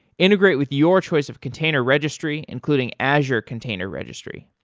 integrate with your choice of container registry, including azure container registry.